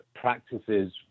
Practices